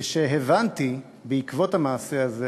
כשהבנתי בעקבות המעשה הזה